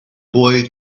boy